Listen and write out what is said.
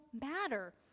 matter